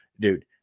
dude